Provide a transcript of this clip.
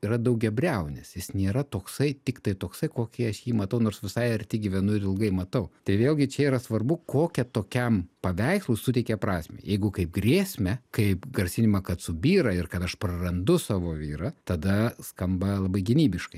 yra daugiabriaunis jis nėra toksai tiktai toksai kokį aš jį matau nors visai arti gyvenu ir ilgai matau tai vėlgi čia yra svarbu kokią tokiam paveikslui suteikia prasmę jeigu kaip grėsmę kaip grasinimą kad subyra ir kad aš prarandu savo vyrą tada skamba labai gynybiškai